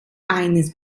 eines